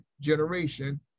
generation